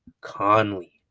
Conley